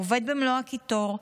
עובד במלוא הקיטור,